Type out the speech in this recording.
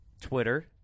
twitter